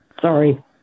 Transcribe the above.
sorry